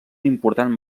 important